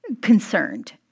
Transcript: concerned